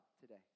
today